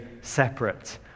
separate